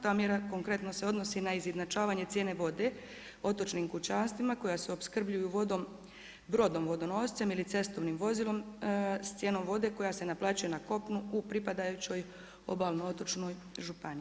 Ta mjera konkretno se odnosi na izjednačavanje cijene vode otočnim kućanstvima koja se opskrbljuju vodom, brodom vodonoscem ili cestovnim vozilom s cijenom vode koja se naplaćuje na kopnu u pripadajućoj obalno otočnoj županiji.